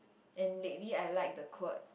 and maybe I like the quote